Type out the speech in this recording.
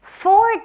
four